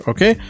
Okay